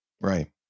Right